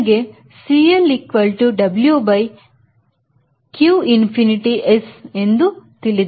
ನನಗೆ CL W by q infinity S ಎಂದು ತಿಳಿದಿದೆ